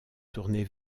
tourner